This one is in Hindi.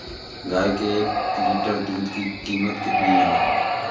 गाय के एक लीटर दूध की कीमत कितनी है?